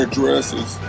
dresses